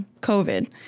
COVID